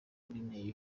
binteye